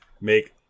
make